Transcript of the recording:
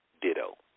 ditto